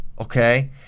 okay